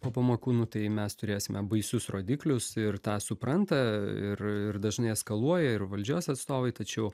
po pamokų nu tai mes turėsime baisius rodiklius ir tą supranta ir ir dažnai eskaluoja ir valdžios atstovai tačiau